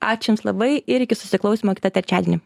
ačiū jums labai ir iki susiklausymo kitą trečiadienį